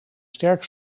sterk